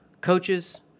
coaches